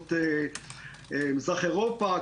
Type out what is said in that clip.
במדינות מזרח אירופה,